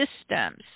systems